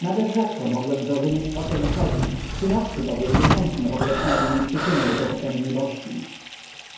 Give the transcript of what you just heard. nader rzadko mogłem zrozumieć o co mu chodzi synowcy bowiem niechętnie objaśniali mi przyczyny jego popędliwości